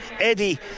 Eddie